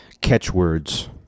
catchwords